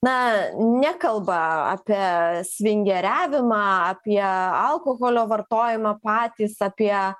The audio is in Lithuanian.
na nekalba apie svingeriavimą apie alkoholio vartojimą patys apie